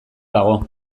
dago